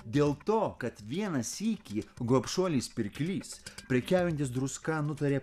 dėl to kad vieną sykį gobšuolis pirklys prekiaujantis druska nutarė